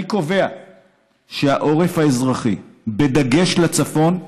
אני קובע שהעורף האזרחי, בדגש על הצפון,